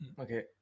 Okay